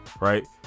right